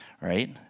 right